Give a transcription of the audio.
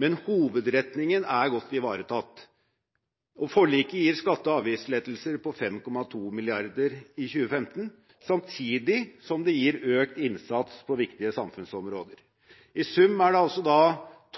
men hovedretningen er godt ivaretatt. Forliket gir skatte- og avgiftslettelser på 5,2 mrd. kr i 2015, samtidig som det gir økt innsats på viktige samfunnsområder. I sum er det da